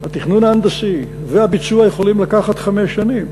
התכנון ההנדסי והביצוע יכולים לקחת חמש שנים.